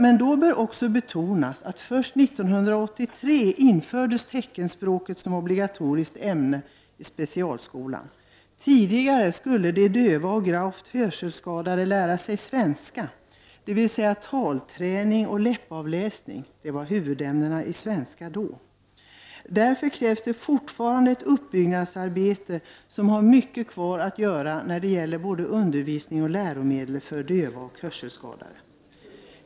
Men då bör också betonas att teckenspråket först 1983 infördes som obligatoriskt ämne i specialskolan. Tidigare skulle de döva och gravt hörselskadade lära sig svenska, dvs. ha talträning och läppavläsning. De var huvudämnena i svenska på den tiden. Därför krävs fortfarande ett uppbyggnadsarbete som har en mycket stor funktion när det gäller både undervisning och läromedel för döva och hörselskadade.